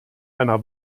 einer